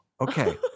Okay